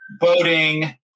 boating